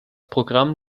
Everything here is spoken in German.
programm